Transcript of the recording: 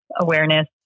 awareness